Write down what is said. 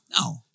No